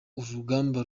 urugamba